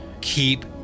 Keep